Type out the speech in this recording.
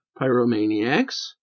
pyromaniacs